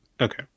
Okay